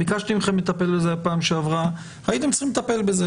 בפעם שעברה ביקשתי מכם לטפל בזה והייתם צריכים לטפל בזה.